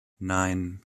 nein